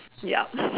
ya